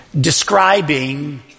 describing